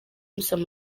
amusaba